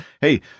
Hey